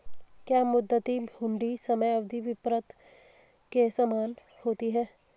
क्या मुद्दती हुंडी समय अवधि विपत्र के समान होती है?